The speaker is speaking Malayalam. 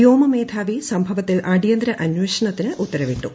വ്യോമ മേധാവി സംഭവത്തിൽ അടിയന്തിര അന്വേഷണത്തിന് ഉത്തരവിട്ടു